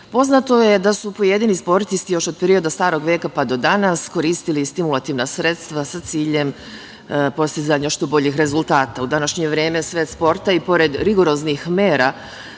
poznato je da su pojedini sportisti još od perioda starog veka pa do danas koristili stimulativna sredstva sa ciljem postizanja što boljih rezultata.U današnje vreme u svetu sporta i pored rigoroznih mera